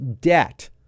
debt